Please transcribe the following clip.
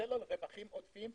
ההיטל על רווחים עודפים.